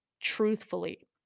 truthfully